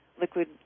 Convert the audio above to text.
liquid